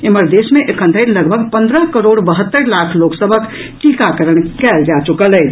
एम्हर देश मे एखन धरि लगभग पन्द्रह करोड़ बहत्तरि लाख लोक सभक टीकाकरण कयल जा चुकल अछि